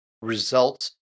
Results